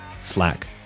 Slack